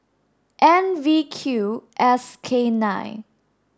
N V Q S K nine